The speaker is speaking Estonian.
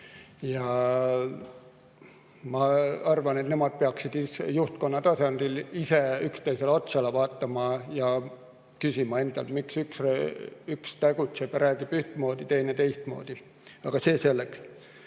Ja ma arvan, et nemad peaksid juhtkonna tasandil ise üksteisele otsa vaatama ja küsima endalt, miks üks tegutseb ja räägib ühtmoodi, teine teistmoodi. Aga see selleks. Ma